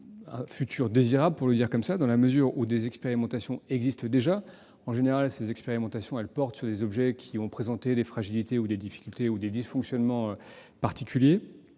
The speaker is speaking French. un futur désirable, dans la mesure où des expérimentations existent déjà. En général, celles-ci portent sur des objets qui ont présenté des fragilités, des difficultés ou des dysfonctionnements particuliers,